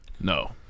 No